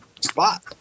spot